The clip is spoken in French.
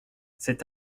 c’est